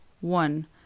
one